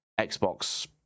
Xbox